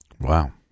Wow